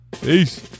Peace